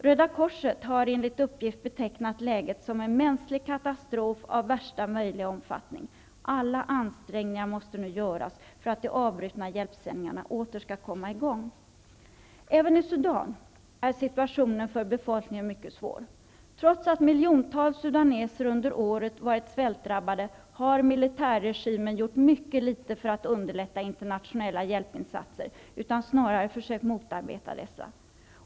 Röda korset har enligt uppgift betecknat läget som en mänsklig katastrof av värsta möjliga omfattning. Alla ansträngningar måste nu göras för att de avbrutna hjälpsändningarna åter skall komma i gång. Även i Sudan är situationen för befolkningen mycket svår. Trots att miljontals sudaneser under året varit svältdrabbade har militärregimen inte gjort mycket för att underlätta internationella hjälpinsatser utan snarare försökt motarbeta dessa.